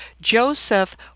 Joseph